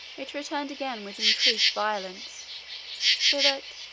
it returned again with increased violence so that,